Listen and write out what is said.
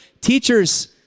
teachers